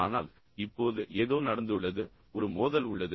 ஆனால் இப்போது ஏதோ நடந்துள்ளது ஒரு மோதல் உள்ளது